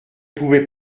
pouvait